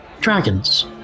dragons